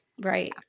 Right